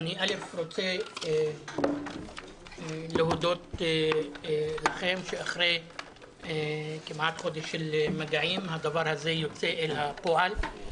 אני רוצה להודות לכם שאחרי כמעט חודש של מגעים הדבר הזה יוצא אל הפועל.